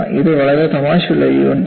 ഇത് വളരെ തമാശയുള്ള ഒരു യൂണിറ്റാണ്